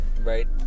Right